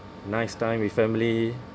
nice time with family